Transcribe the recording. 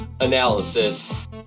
analysis